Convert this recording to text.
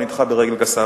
הוא נדחה ברגל גסה.